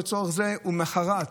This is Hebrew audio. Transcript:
למוחרת,